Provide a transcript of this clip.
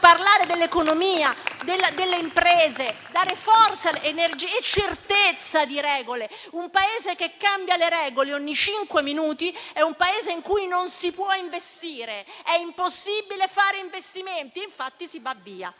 parlare dell'economia delle imprese, dare forza, energia e certezza di regole. Un Paese che cambia le regole ogni cinque minuti è un Paese in cui non si può investire, è impossibile fare investimenti e infatti si va via.